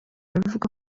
avuga